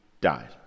died